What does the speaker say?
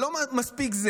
ולא מספיק,